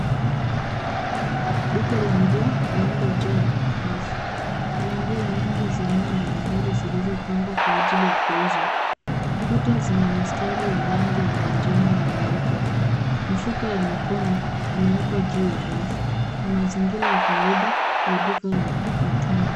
Duka la nguo lililojaa rafu. Kuna nguo nyingi za aina mbalimbali zilizopangwa kwa ajili ya kuuzwa. Kuta zina mistari ya rangi ya manjano na nyeupe. Mifuko ya mikono imewekwa juu ya rafu. Ni mazingira ya kawaida ya duka ya mitumba.